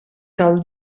cal